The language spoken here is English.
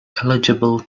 eligible